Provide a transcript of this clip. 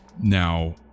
now